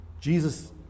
Jesus